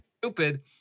stupid